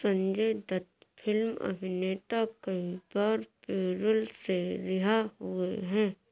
Sanjay Dutt film अभिनेता कई बार पैरोल से रिहा हुए हैं